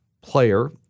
player